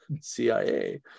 cia